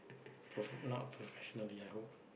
prof~ not professionally I hope